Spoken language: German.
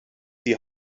die